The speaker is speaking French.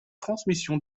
transmission